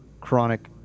chronic